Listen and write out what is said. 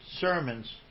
sermons